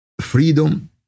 freedom